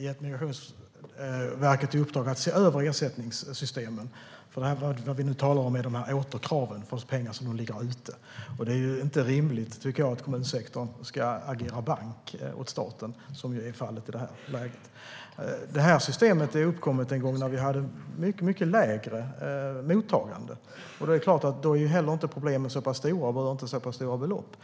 gett Migrationsverket i uppdrag att se över ersättningssystemen. Vad vi nu talar om är återkrav för pengar som kommunerna ligger ute med. Det är inte rimligt, tycker jag, att kommunsektorn ska agera bank åt staten, som är fallet i det här läget. Det här systemet uppkom en gång när vi hade ett mycket mindre mottagande. Det är klart att då är inte problemen lika stora, och det handlar inte om så pass stora belopp.